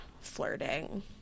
flirting